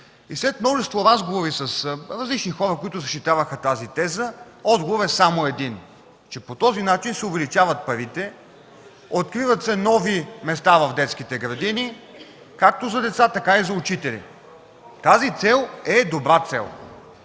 След множество разговори с различни хора, които защитаваха тази теза, отговорът е само един: че по този начин се увеличават парите, откриват се нови места в детските градини, както за деца, така и за учители. Тази цел е добра цел.